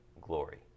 glory